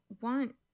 want